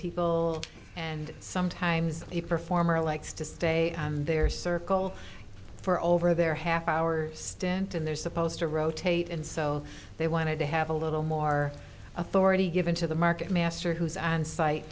people and sometimes a performer likes to stay on their circle for over their half hour stint in they're supposed to rotate and so they wanted to have a little more authority given to the market master who's on site